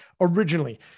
originally